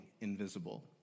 invisible